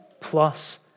plus